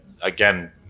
again